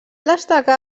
destacar